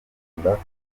nyarwanda